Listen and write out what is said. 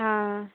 ஆ ஆ